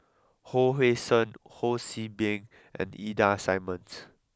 Hon Sui Sen Ho See Beng and Ida Simmons